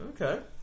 Okay